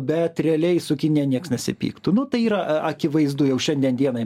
bet realiai su kinija niekas nesipyktų nu tai akivaizdu jau šiandien dienai